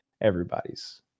everybody's